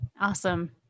Awesome